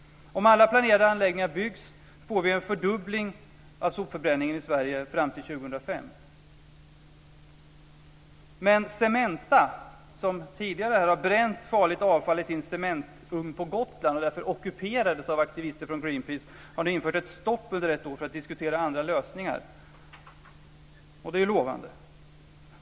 Om alla planerade anläggningar byggs så får vi en fördubbling av sopförbränningen i Sverige fram till 2005. Cementa, som tidigare har bränt farligt avfall i sin cementugn på Gotland och därför ockuperats av aktivister från Greenpeace, har nu infört ett stopp under ett år för att diskutera andra lösningar. Det är lovande.